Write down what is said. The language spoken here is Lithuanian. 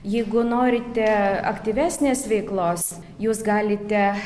jeigu norite aktyvesnės veiklos jūs galite